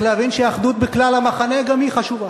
להבין שהאחדות בכלל המחנה גם היא חשובה.